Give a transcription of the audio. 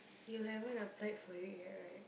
you haven't apply for it yet right